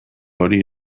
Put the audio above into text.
hori